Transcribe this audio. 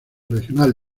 regional